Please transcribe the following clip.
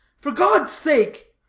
for god's sake,